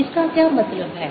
इसका क्या मतलब है